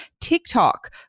TikTok